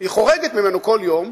היא חורגת ממנו כל יום,